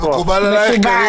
מקובל עלייך?